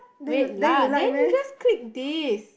wait lah then you just click this